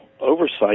oversight